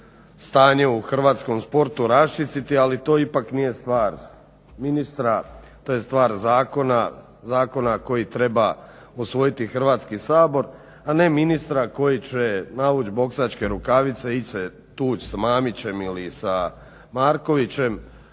stanje u hrvatskom sportu raščistiti ali to ipak nije stvar ministra, to je stvar zakona, zakona koji treba usvojiti Hrvatski sabor, a ne ministra koji će navuć boksačke rukavice i ići se tući sa Mamićem ili sa Markovićem.